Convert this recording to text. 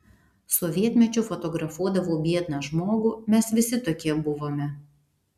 sovietmečiu fotografuodavau biedną žmogų mes visi tokie buvome